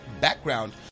background